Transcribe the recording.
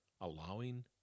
allowing